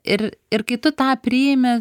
ir ir kai tu tą priimi